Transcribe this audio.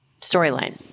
storyline